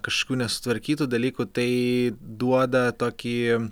kažkokių nesutvarkytų dalykų tai duoda tokį